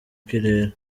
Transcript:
kirere